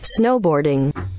snowboarding